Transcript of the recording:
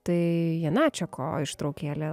tai janačeko ištraukėlė